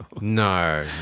No